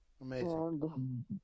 Amazing